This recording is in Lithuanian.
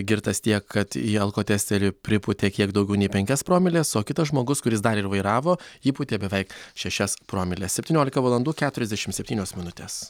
girtas tiek kad į alkotesterį pripūtė kiek daugiau nei penkias promiles o kitas žmogus kuris dar ir vairavo įpūtė beveik šešias promiles septyniolika valandų keturiasdešim septynios minutės